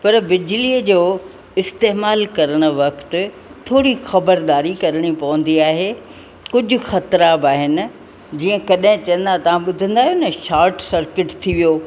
पर बिजलीअ जो इस्तेमालु करणु वक़्तु थोरी ख़बरदारी करिणी पवंदी आहे कुझु ख़तरा बि आहिनि जीअं कॾहिं चवंदा तव्हां ॿुधंदा आहियो न शाट सर्कट थी वियो